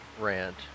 rant